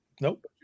Nope